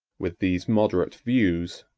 with these moderate views,